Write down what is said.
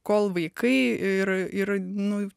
kol vaikai ir ir nu